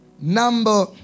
number